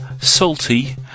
salty